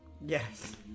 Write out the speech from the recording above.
Yes